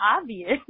obvious